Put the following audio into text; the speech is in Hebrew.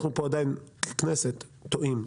אנחנו עדיין ככנסת טועים,